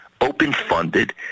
open-funded